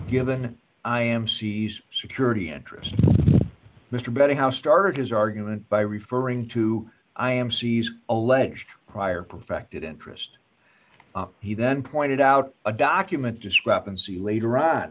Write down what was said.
given i am sees security interest mr bennett how start his argument by referring to i am sees alleged prior perfected interest he then pointed out a document discrepancy later on